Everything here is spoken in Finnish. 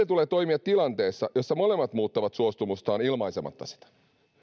tulee toimia tilanteessa jossa molemmat muuttavat suostumustaan ilmaisematta sitä